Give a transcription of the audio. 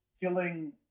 filling